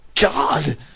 God